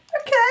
okay